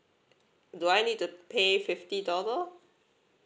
do I need to pay fifty dollar